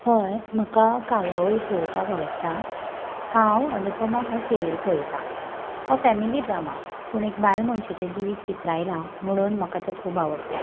हय म्हाका कार्यावळी पळोवपाक आवडटा हांव अनुपमा हो सिरयल पळयतां हो फॅमिली ड्रामा पूण एक बायल मनशेचें जिवीत चित्रायलां म्हुणून म्हाका तो खूब आवडटा